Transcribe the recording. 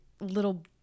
little